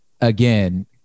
again